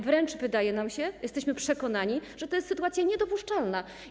Wręcz wydaje nam się, jesteśmy przekonani, że to jest sytuacja niedopuszczalna.